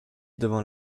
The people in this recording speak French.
devant